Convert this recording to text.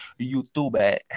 YouTube